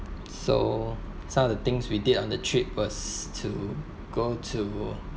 so some of the things we did on the trip was to go to